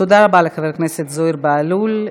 תודה רבה לחבר הכנסת זוהיר בהלול.